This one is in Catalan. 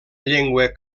llengua